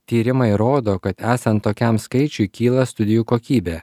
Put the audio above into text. tyrimai rodo kad esant tokiam skaičiui kyla studijų kokybė